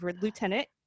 lieutenant